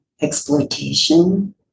exploitation